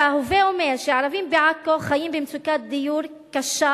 וההווה אומר שהערבים בעכו חיים במצוקת דיור קשה,